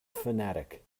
fanatic